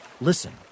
Listen